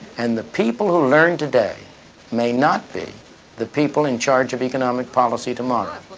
and the people who learn today may not be the people in charge of economic policy tomorrow.